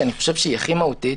שאני חושב שהיא הכי מהותית,